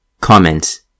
Comments